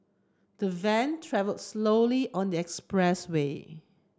the van travelled slowly on this expressway